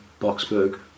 Boxburg